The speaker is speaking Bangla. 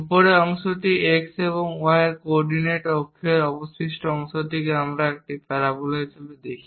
উপরের অংশটি x এবং y এর কো অরডিনেট অক্ষের অবশিষ্ট অংশটিকে আমরা একটি প্যারাবোলা হিসাবে দেখি